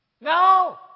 no